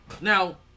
Now